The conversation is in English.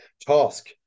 task